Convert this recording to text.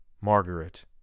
Margaret